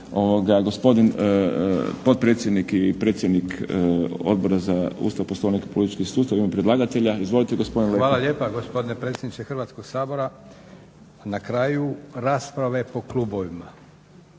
Hvala lijepa gospodine predsjedniče Hrvatskog sabora. Na kraju rasprave po klubovima